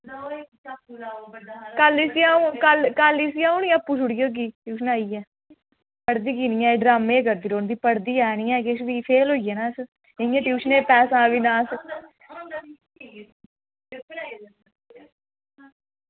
कल्ल इसी कल्ल इसी ना अंऊ आपूं छुड़ी औगी ट्यूशनां उप्पर पढ़ी कीऽ निं ऐ एह् ड्रामें करदी पढ़दी ऐ निं ऐ किश फेल होई जाना इस इंया ट्यूशनै ई पैसें दा बी नास